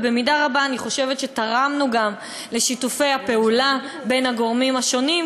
ואני חושבת שתרמנו במידה רבה גם לשיתופי הפעולה בין הגורמים השונים,